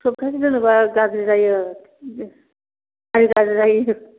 सप्तासे दोनोबा गाज्रि जायो गाज्रि जायो